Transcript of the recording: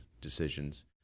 decisions